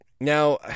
now